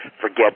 Forget